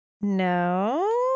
No